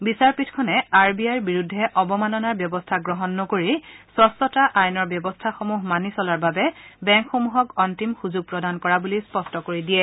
বিচাৰপীঠখনে আৰ বি আইৰ বিৰুদ্ধে অৱমাননাৰ ব্যৱস্থা গ্ৰহণ নকৰি স্বচ্ছতা আইনৰ ব্যৱস্থাসমূহ মানি চলাৰ বাবে বেংকসমূহক অন্তিম সুযোগ প্ৰদান কৰা বুলি স্পষ্ট কৰি দিয়ে